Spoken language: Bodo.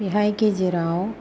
बेहाय गेजेराव